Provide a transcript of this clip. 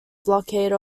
blockade